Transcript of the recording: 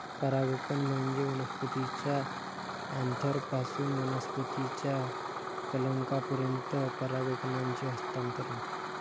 परागकण म्हणजे वनस्पतीच्या अँथरपासून वनस्पतीच्या कलंकापर्यंत परागकणांचे हस्तांतरण